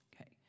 Okay